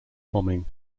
bombing